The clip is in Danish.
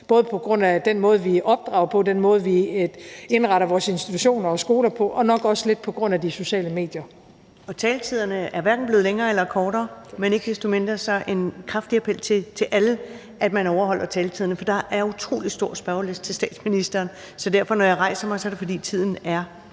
både på grund af den måde, vi opdrager på, og på grund af den måde, vi indretter vores institutioner og skoler på – og nok også lidt på grund af de sociale medier. Kl. 22:35 Første næstformand (Karen Ellemann) : Taletiden er hverken blevet længere eller kortere, men ikke desto mindre har jeg en kraftig appel til alle om, at man overholder taletiderne, for der er utrolig stor spørgelyst til statsministeren. Så når jeg rejser mig, er det, fordi tiden er